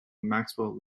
maxwell